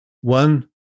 one